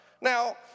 Now